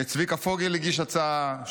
צביקה פוגל הגיש הצעה,